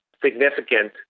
significant